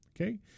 Okay